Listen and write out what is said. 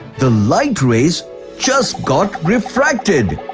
the light rays just got refracted.